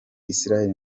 israel